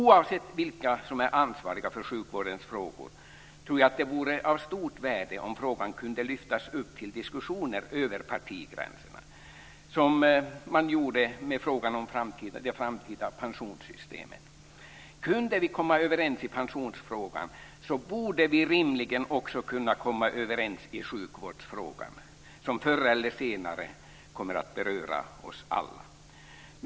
Oavsett vilka som är ansvariga för sjukvårdens frågor tror jag att det vore av stort värde om frågan kunde lyftas upp till diskussioner över partigränserna som man gjorde med frågan om det framtida pensionssystemet. Kunde vi komma överens i pensionsfrågan så borde vi rimligen också kunna komma överens i sjukvårdsfrågan, som förr eller senare kommer att beröra oss alla.